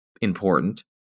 important